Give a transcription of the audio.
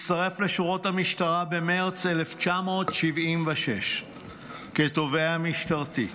הצטרף לשורות המשטרה במרץ 1976 כתובע משטרתי.